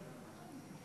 הזה.